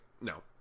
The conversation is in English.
No